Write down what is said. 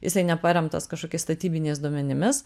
jisai neparemtas kažkokiais statybiniais duomenimis